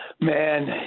Man